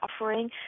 offering